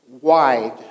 wide